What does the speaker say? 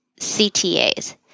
CTAs